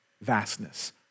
vastness